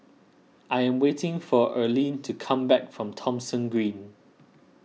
I am waiting for Erlene to come back from Thomson Green